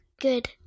Good